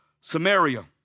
Samaria